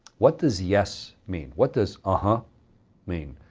what does yes mean? what does uh-huh mean?